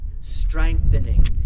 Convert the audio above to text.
strengthening